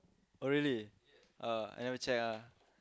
oh really oh I never check ah